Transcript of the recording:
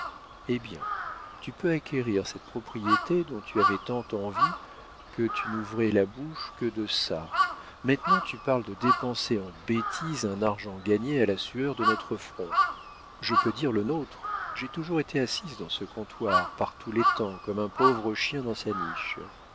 eh bien tu peux acquérir cette propriété dont tu avais tant envie que tu n'ouvrais la bouche que de ça maintenant tu parles de dépenser en bêtises un argent gagné à la sueur de notre front je peux dire le nôtre j'ai toujours été assise dans ce comptoir par tous les temps comme un pauvre chien dans sa niche